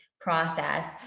process